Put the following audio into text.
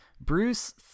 Bruce